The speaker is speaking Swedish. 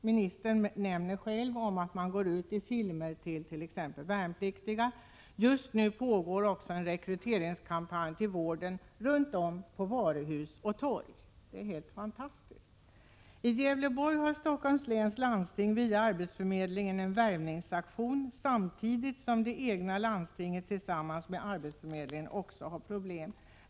Ministern nämnde själv att man går ut med filmer till t.ex. värnpliktiga. Just nu pågår också en kampanj för rekryteringen till vården runt om på varuhus och torg. Det är helt fantastiskt! I Gävleborg har Stockholms läns landsting via arbetsförmedlingen en värvningsaktion, samtidigt som det egna landstinget tillsammans med arbetsförmedlingen har problem.